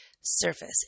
surface